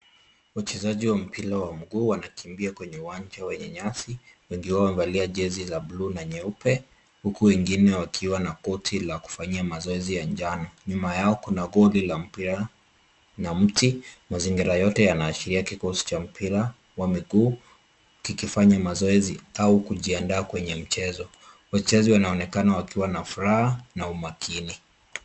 Wachezaji wa mpira wa mguu wanakimbia kwenye uwanja wenye nyasi. Wengi wao wamevalia jezi la bluu na nyeupe, huku wengine wakiwa na koti la kufanyia mazoezi ya njano. Nyuma yao kuna goli la mpira na mti. Mazingira yote yanaashiria kikosi cha mpira wa miguu kikifanya mazoezi au kujiandaa kwenye mchezo. Wachezaji wanaonekana wakiwa na furaha na umakini